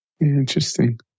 Interesting